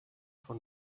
von